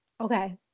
Okay